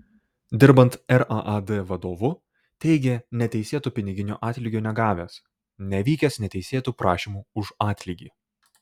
dirbant raad vadovu teigė neteisėto piniginio atlygio negavęs nevykęs neteisėtų prašymų už atlygį